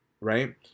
right